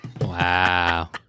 Wow